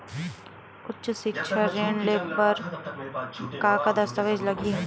उच्च सिक्छा ऋण ले बर का का दस्तावेज लगही?